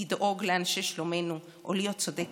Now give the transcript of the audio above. לדאוג לאנשי שלומנו או להיות צודקת,